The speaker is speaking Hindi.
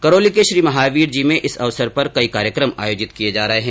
करौली के श्रीमहावीर जी में इस अवसर पर कई कार्यक्रम आयोजित किये जा रहे हैं